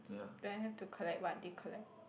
when I have to collect what they collect